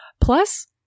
Plus